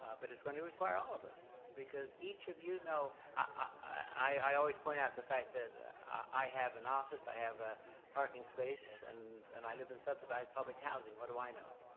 but it's going to require all of us because each of you know i always point out the fact that i have an office, i have a parking space, and and i live in subsidized public housing. what do i know?